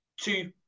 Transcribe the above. Two